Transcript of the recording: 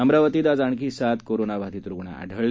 अमरावतीत आज आणखी सात कोरोनाबाधित रुग्ण आढळले